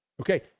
Okay